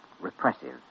Repressive